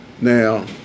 Now